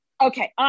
Okay